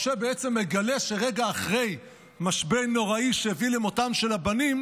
משה בעצם גילה שרגע אחרי משבר נוראי שהביא למותם של הבנים,